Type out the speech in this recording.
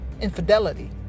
infidelity